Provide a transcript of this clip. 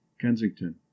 kensington